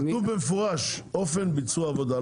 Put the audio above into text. כתוב במפורש אופן ביצוע העבודה.